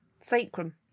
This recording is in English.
sacrum